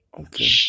Okay